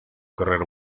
carrera